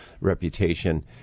reputation